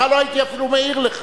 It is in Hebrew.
לך לא הייתי מעיר אפילו,